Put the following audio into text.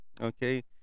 Okay